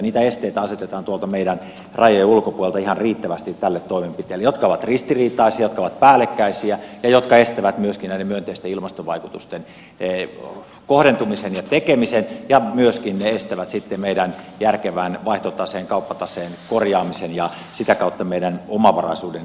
niitä esteitä asetetaan tuolta meidän rajojen ulkopuolelta ihan riittävästi tälle toimenpiteelle jotka ovat ristiriitaisia jotka ovat päällekkäisiä ja jotka estävät myöskin näiden myönteisten ilmastovaikutusten kohdentumisen ja tekemisen ja myöskin ne estävät sitten meidän järkevän vaihtotaseen kauppataseen korjaamisen ja sitä kautta meidän omavaraisuutemme lisäämisen